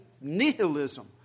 nihilism